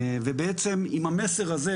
ובעצם עם המסר הזה,